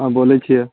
हँ बोलैत छियै